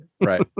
Right